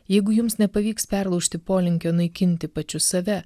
jeigu jums nepavyks perlaužti polinkio naikinti pačius save